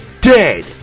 dead